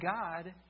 God